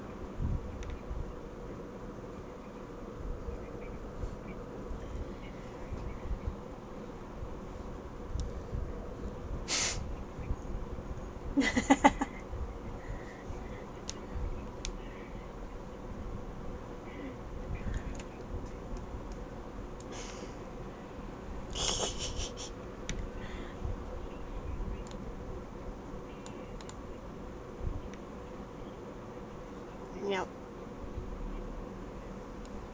ya